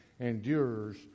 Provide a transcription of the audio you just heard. endures